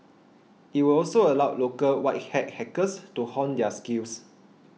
it would also allow local white hat hackers to hone their skills